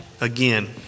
again